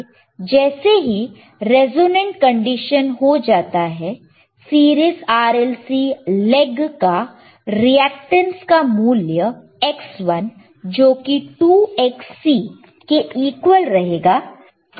जैसे ही resonant condition हो जाता है सीरीज RLC लेग का रिएक्टेंस का मूल्य Xl जो कि 2XC के इक्वल रहेगा